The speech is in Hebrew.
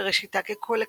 שראשיתה כקולקטיב,